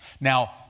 Now